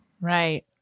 right